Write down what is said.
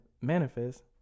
manifest